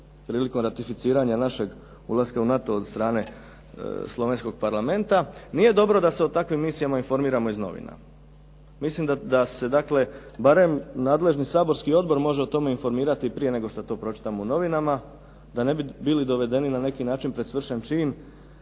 prilikom ratificiranja našeg ulaska u NATO od strane slovenskog parlamenta. Nije dobro da se o takvim misijama informiramo iz novina. Mislim da se dakle barem nadležni saborski odbor može o tome informirati prije nego što to pročitamo u novinama da ne bi bili dovedeni na neki način pred svršen čin